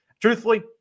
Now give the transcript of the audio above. truthfully